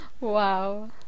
Wow